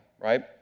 right